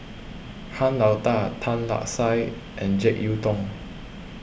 Han Lao Da Tan Lark Sye and Jek Yeun Thong